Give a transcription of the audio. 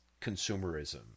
consumerism